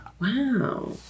Wow